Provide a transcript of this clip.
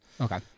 Okay